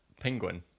Penguin